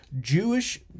Jewish